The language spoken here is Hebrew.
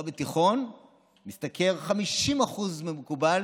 מורה בתיכון משתכר 50% מהמקובל